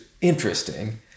interesting